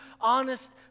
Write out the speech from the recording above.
honest